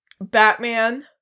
Batman